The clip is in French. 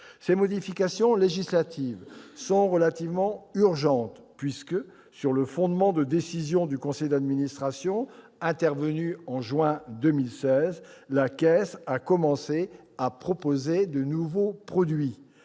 Ces modifications législatives sont relativement urgentes puisque, sur le fondement de décisions du conseil d'administration intervenues en juin 2016, la Caisse a commencé à proposer de nouveaux produits